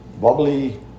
bubbly